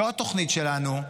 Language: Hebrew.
זו התוכנית שלנו,